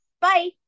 bye